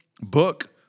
book